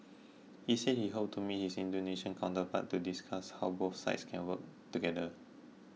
he said he hoped to meet his Indonesian counterpart to discuss how both sides can work together